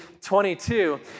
22